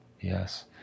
Yes